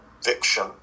fiction